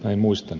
näin muistan